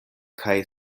kaj